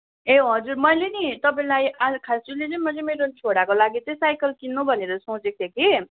ए हजुर मैले नि मैले मेरो छोराको लागि चाहिँ साइकल किन्नु भनेर सोचेको थिएँ कि